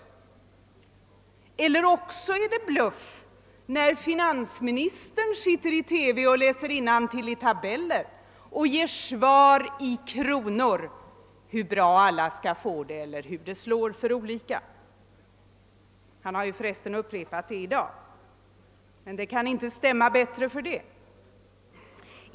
Eller också är det en bluff när finansministern sitter i TV och läser innantill i tabeller och i kronor anger hur bra alla skall få det eller hur det kommer att slå för olika grupper. Han har för resten upprepat det här i dag, men det stämmer inte bättre för det.